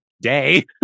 day